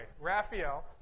Raphael